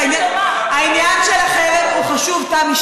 העניין שלכם הוא חשוב, תמי.